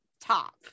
top